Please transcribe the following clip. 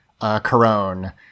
Corone